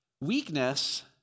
weakness